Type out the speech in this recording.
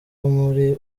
muri